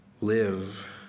live